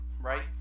right